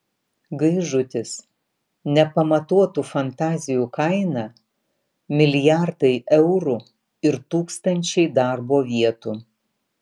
gaižutis nepamatuotų fantazijų kaina milijardai eurų ir tūkstančiai darbo vietų